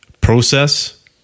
process